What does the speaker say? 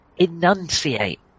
enunciate